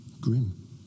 Grim